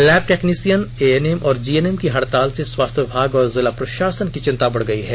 lab technician ANM और GNM की हड़ताल ने स्वास्थ्य विभाग और जिला प्रशासन की चिंता बढ़ा गयी है